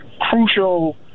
crucial